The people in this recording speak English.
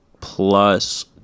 plus